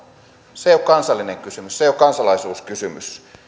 se ei ole kansallinen kysymys se ei ole kansalaisuuskysymys